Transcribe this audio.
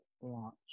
launch